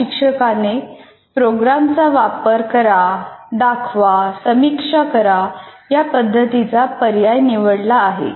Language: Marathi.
यात शिक्षकाने प्रोग्रामचा वापर करा दाखवा समीक्षा करा या पद्धतीचा पर्याय निवडला आहे